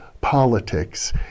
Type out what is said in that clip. politics